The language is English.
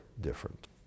different